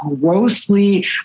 grossly